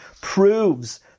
proves